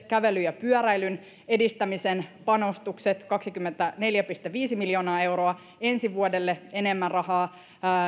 kävelyn ja pyöräilyn edistämisen panostukset kaksikymmentäneljä pilkku viisi miljoonaa euroa ensi vuodelle enemmän rahaa ja